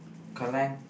collect